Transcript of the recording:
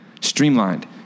streamlined